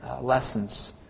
lessons